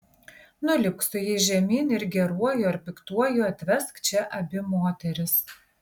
nulipk su jais žemyn ir geruoju ar piktuoju atvesk čia abi moteris